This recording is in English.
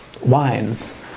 wines